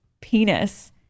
penis